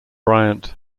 bryant